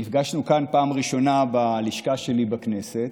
נפגשנו כאן בפעם הראשונה בלשכה שלי בכנסת,